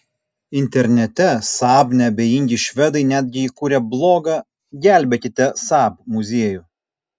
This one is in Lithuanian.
internete saab neabejingi švedai netgi įkūrė blogą gelbėkite saab muziejų